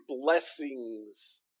blessings